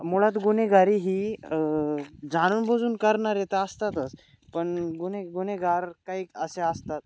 मुळात गुन्हेगारी ही जाणून बुजून करणारे तर असतातच पण गुन्हे गुन्हेगार काही असे आसतात